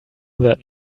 that